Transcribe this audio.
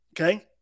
Okay